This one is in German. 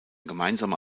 gemeinsame